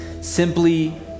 simply